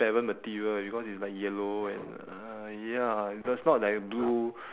and the armrest is looks like it's uh made of